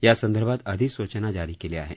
यासंदर्भात अधिसूचना जारी केली आहे